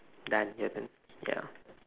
done your turn ya